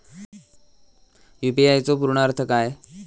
UPI चो पूर्ण अर्थ काय?